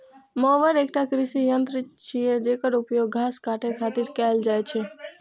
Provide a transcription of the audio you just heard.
mower एकटा कृषि यंत्र छियै, जेकर उपयोग घास काटै खातिर कैल जाइ छै